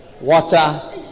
water